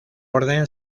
orden